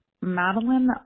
Madeline